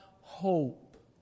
hope